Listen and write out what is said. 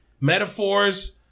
metaphors